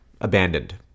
abandoned